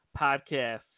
podcast